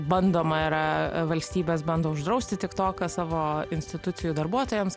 bandoma yra valstybės bando uždrausti tiktoką savo institucijų darbuotojams